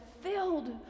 filled